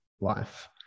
Life